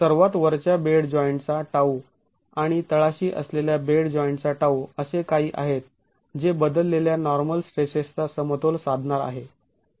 तर सर्वात वरच्या बेड जॉईंट चा τ आणि तळाशी असलेल्या बेड जॉईंट चा τ असे काही आहेत जे बदललेल्या नॉर्मल स्ट्रेसेसचा समतोल साधणार आहे